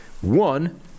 one